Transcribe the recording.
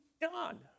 done